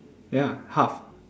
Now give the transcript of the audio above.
ya half